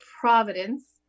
Providence